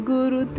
Guru